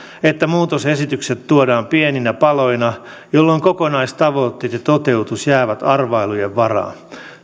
että muutosesitykset tuodaan pieninä paloina jolloin kokonaistavoitteet ja toteutus jäävät arvailujen varaan